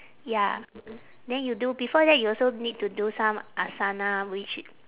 ya then you do before that you also need to do some asana which